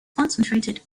concentrated